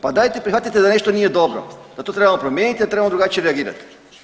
Pa dajte prihvatite da nešto nije dobro, da to trebamo promijeniti, da trebamo drugačije reagirati.